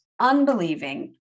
unbelieving